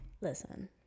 listen